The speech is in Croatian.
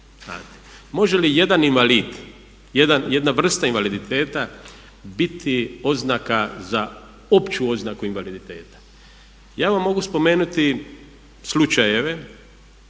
Može li jedan invalid, jedna vrsta invaliditeta biti oznaka za opću oznaku invaliditeta? Ja vam mogu spomenuti slučajeve